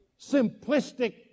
simplistic